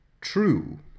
True